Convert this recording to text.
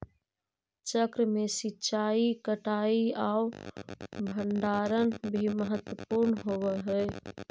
चक्र में सिंचाई, कटाई आउ भण्डारण भी महत्त्वपूर्ण होवऽ हइ